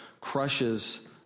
Crushes